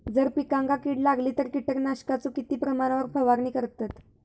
जर पिकांका कीड लागली तर कीटकनाशकाचो किती प्रमाणावर फवारणी करतत?